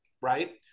Right